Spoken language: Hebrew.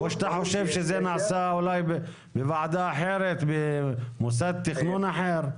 שאתה חושב שזה נעשה בוועדה אחרת במוסד תכנון אחר?